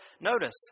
notice